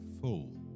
full